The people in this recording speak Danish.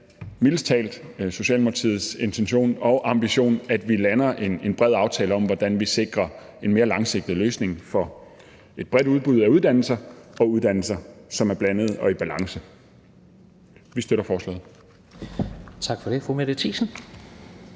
mildest talt Socialdemokratiets intention og ambition, at vi lander en bred aftale om, hvordan vi sikrer en mere langsigtet løsning for et bredt udbud af uddannelser og for uddannelser, som er blandet og i balance. Vi støtter forslaget.